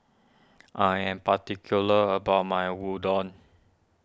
I am particular about my Udon